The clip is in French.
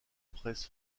presse